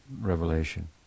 revelation